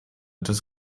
des